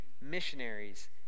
missionaries